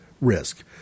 risk